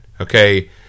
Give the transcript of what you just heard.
Okay